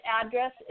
address